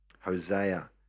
Hosea